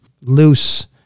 loose